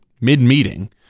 mid-meeting